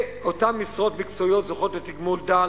אותן משרות מקצועיות זוכות לתגמול דל.